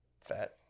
Fat